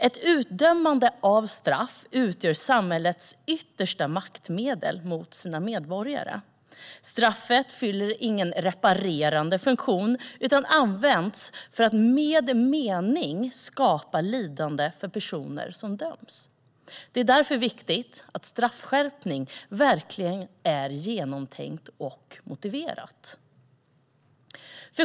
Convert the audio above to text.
Ett utdömande av straff utgör samhällets yttersta maktmedel mot medborgarna. Straffet fyller ingen reparerande funktion utan används för att med mening skapa lidande för personer som döms. Det är därför viktigt att straffskärpning verkligen är genomtänkt och motiverat.